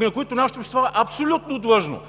на които нашето общество е абсолютно длъжно